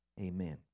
Amen